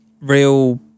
real